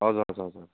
हजुर हजुर हजुर